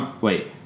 Wait